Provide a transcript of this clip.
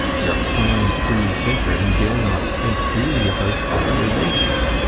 you're a fine free-thinker, who dare not think freely about the dear ladies!